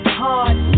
heart